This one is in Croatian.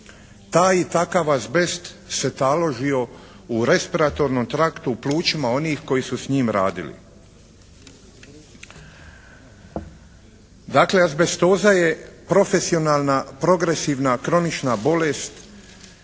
Taj i takav azbest se taložio u respiratornom traktu, u plućima onim koji su s njim radili. Dakle, azbestoza je profesionalna, progresivna, kronična bolest